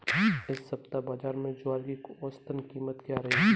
इस सप्ताह बाज़ार में ज्वार की औसतन कीमत क्या रहेगी?